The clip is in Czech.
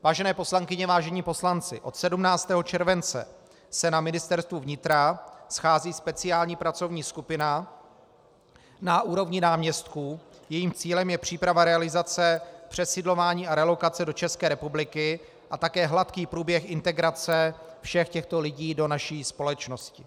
Vážené poslankyně, vážení poslanci, od 17. července se na Ministerstvu vnitra schází speciální pracovní skupina na úrovni náměstků, jejímž cílem je příprava realizace přesídlování a relokace do České republiky a také hladký průběh integrace všech těchto lidí do naší společnosti.